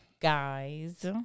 guys